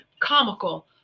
comical